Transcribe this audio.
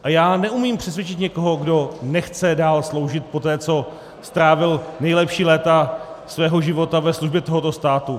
A já neumím přesvědčit někoho, kdo nechce dál sloužit, poté co strávil nejlepší léta svého života ve službě tohoto státu.